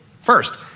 First